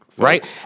Right